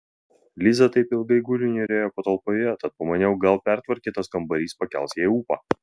liza taip ilgai guli niūrioje palatoje tad pamaniau gal pertvarkytas kambarys pakels jai ūpą